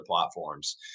platforms